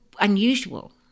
unusual